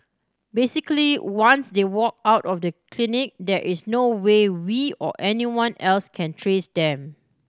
basically once they walk out of the clinic there is no way we or anyone else can trace them